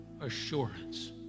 assurance